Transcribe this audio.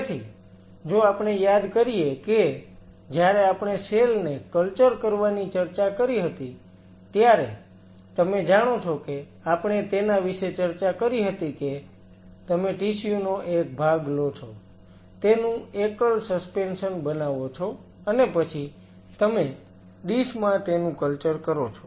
તેથી જો આપણે યાદ કરીએ કે જ્યારે આપણે સેલ ને કલ્ચર કરવાની ચર્ચા કરી હતી ત્યારે તમે જાણો છો કે આપણે તેના વિશે ચર્ચા કરી હતી કે તમે ટિશ્યુ નો એક ભાગ લો છો તેનું એકલ સસ્પેન્શન બનાવો છો અને પછી તમે ડીશ માં તેનું કલ્ચર કરો છો